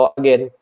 again